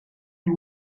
two